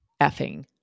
effing